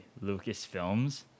Lucasfilms